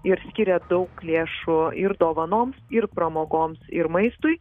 ir skiria daug lėšų ir dovanoms ir pramogoms ir maistui